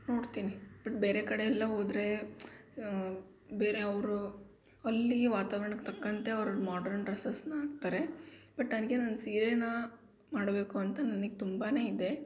ನೋಡ್ತೀನಿ ಬಟ್ ಬೇರೆ ಕಡೆಯೆಲ್ಲ ಹೋದರೆ ಬೇರೆ ಅವರು ಅಲ್ಲಿ ವಾತಾವರ್ಣಕ್ಕೆ ತಕ್ಕಂತೆ ಅವ್ರು ಮಾಡ್ರನ್ ಡ್ರಸ್ಸಸ್ನಾ ಹಾಕ್ತಾರೆ ಬಟ್ ನನಗೆ ನನ್ನ ಸೀರೇನಾ ಮಾಡಬೇಕು ಅಂತ ನನಗೆ ತುಂಬಾ ಇದೆ